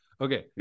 Okay